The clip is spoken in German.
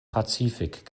pazifik